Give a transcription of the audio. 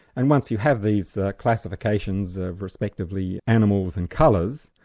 and once you have these classifications of respectively animals and colours,